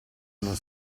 non